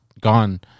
gone